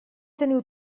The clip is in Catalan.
teniu